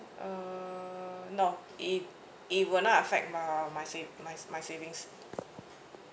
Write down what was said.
uh no it it will not affect uh my save my my savings